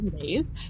days